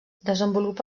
desenvolupa